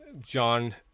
John